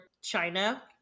China